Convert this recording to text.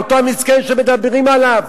אותו מסכן שמדברים עליו.